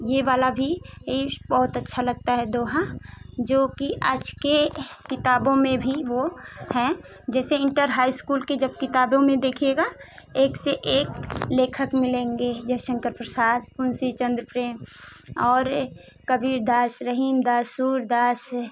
ये वाला भी बहुत अच्छा लगता है दोहा जो कि आज के किताबों में भी वो हैं जैसे इंटर हाई इस्कूल की जब किताबों में देखिएगा एक से एक लेखक मिलेंगे जयशंकर प्रसाद तुलसी चंद्र प्रेम और ए कबीर दास रहीम दास सूरदास